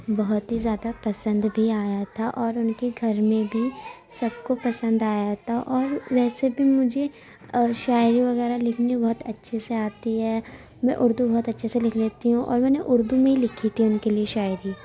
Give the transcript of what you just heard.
بہت ہی زیادہ پسند بھی آیا تھا اور ان کے گھر میں بھی سب کو پسند آیا تھا اور ویسے بھی مجھے شاعری وغیرہ لکھنی بہت اچھے سے آتی ہے میں اردو بہت اچھے سے لکھ لیتی ہوں اور میں نے اردو میں ہی لکھی تھی ان کے لیے شاعری